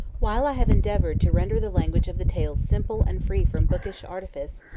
while i have endeavoured to render the language of the tales simple and free from bookish artifice,